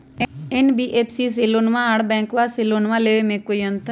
NBFC से लोनमा आर बैंकबा से लोनमा ले बे में कोइ अंतर?